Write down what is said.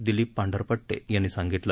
दिलीप पांढरपट्टे यांनी सांगितलं